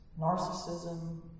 narcissism